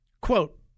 Quote